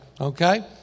Okay